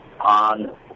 on